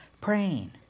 praying